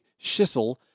Schissel